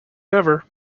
never